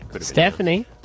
Stephanie